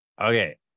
okay